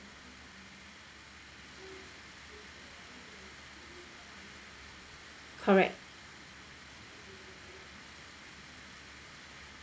correct